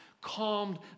calmed